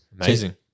Amazing